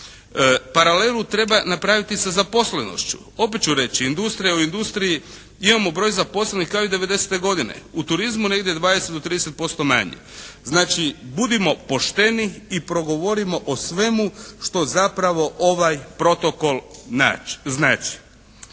Paralelu treba napraviti sa zaposlenošću. Opet ću reći, industrija u industriji, imamo broj zaposlenih kao i '90. godine. U turizmu negdje 20 do 30% manje. Znači budimo pošteni i progovorimo o svemu što zapravo ovaj Protokol znači.